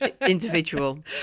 individual